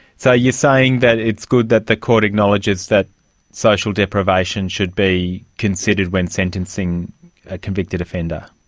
so you're saying that it's good that the court acknowledges that social deprivation should be considered when sentencing a convicted offender?